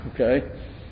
okay